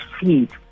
feed